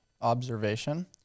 observation